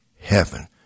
heaven